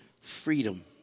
freedom